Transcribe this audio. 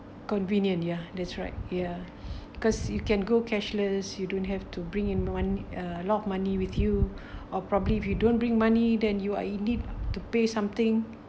convenient ya that's right ya because you can go cashless you don't have to bring in money uh a lot of money with you or probably if you don't bring money than you are you need to pay something